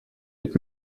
mit